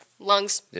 Lungs